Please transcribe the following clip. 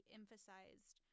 emphasized